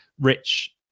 Rich